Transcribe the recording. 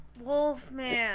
wolfman